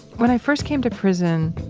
when i first came to prison,